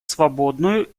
свободную